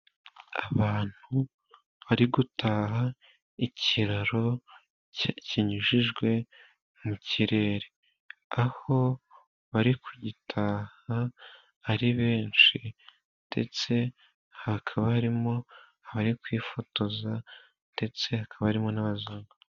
Abantu bari gutaha ikiraro kinyujijwe mu kirere, aho bari kugitaha ari benshi, ndetse hakaba harimo abari kwifotoza, ndetse hakaba harimo n'abazungu.